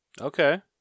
Okay